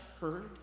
heard